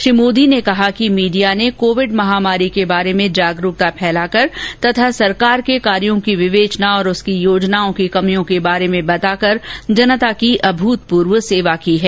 श्री मोदी ने कहा कि मीडिया ने कोविड महामारी के बारे में जागरूकता फैलाकर तथा सरकार के कार्यों की विवेचना और उसकी योजनाओं की कमियों के बारे में बताकर जनता की अभूतपूर्व सेवा की है